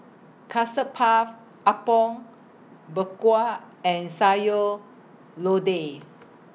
Custard Puff Apom Berkuah and Sayur Lodeh